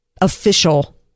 official